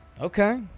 Okay